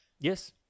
Yes